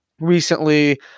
recently